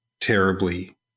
terribly